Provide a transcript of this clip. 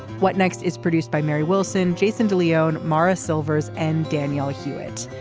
what next is produced by mary wilson jason de leone maurice silvers and daniela hewitt.